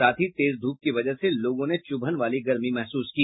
साथ ही तेज धूप की वजह से लोगों ने च्रभन वाली गर्मी महसूस की